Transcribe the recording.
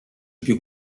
più